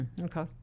Okay